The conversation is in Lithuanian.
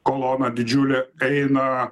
kolona didžiulė eina